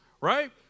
right